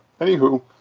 anywho